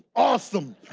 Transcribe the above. awesome.